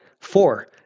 Four